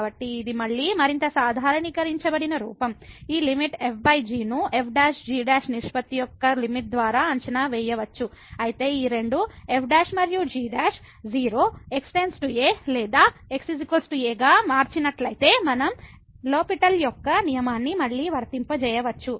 కాబట్టి ఇది మళ్ళీ మరింత సాధారణీకరించబడిన రూపం ఈ లిమిట్ f g ను f g నిష్పత్తి యొక్క లిమిట్ ద్వారా అంచనా వేయవచ్చు అయితే ఈ రెండు f మరియు g 0 x → a లేదా x a గా మార్చినట్లయితే మనం లో పిటెల్LHospital యొక్క నియమాన్ని మళ్ళీ వర్తింపజేయవచ్చు